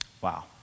Wow